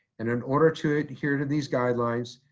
and in order to adhere to these guidelines,